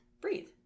Breathe